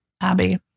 Abby